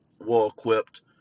well-equipped